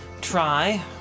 try